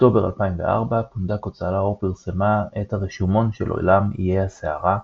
באוקטובר 2004 הפונדק הוצאה לאור פרסמה את הרשומון של עולם "איי הסערה",